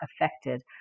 affected